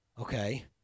okay